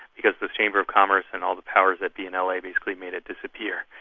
because the chamber of commerce and all the powers that be in la basically made it disappear.